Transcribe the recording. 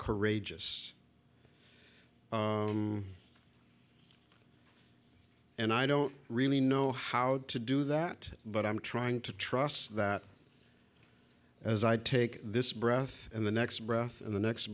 courageous and i don't really know how to do that but i'm trying to trust that as i take this breath and the next breath and the next